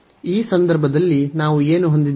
ಈ ಸಂದರ್ಭದಲ್ಲಿ ನಾವು ಏನು ಹೊಂದಿದ್ದೇವೆ